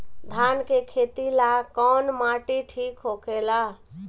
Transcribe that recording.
धान के खेती ला कौन माटी ठीक होखेला?